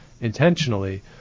intentionally